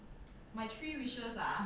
my three wishes lah